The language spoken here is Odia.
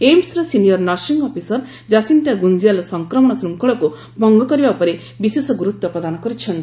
ଏମ୍ସର senior nursing officer Jacinta Gunjiyal ସଂକ୍ରମଣ ଶୃଙ୍ଖଳକୁ ଭଙ୍ଗ କରିବା ଉପରେ ବିଶେଷ ଗୁରୁତ୍ୱ ପ୍ରଦାନ କରିଛନ୍ତି